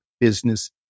business